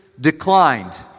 declined